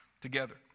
together